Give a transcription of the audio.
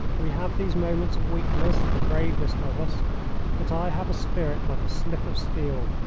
we have these moments of weakness, the bravest of us but i have a spirit like a slip of steel,